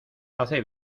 hace